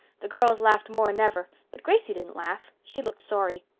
the girls laughed more'n ever, but gracie didn't laugh. she looked sorry.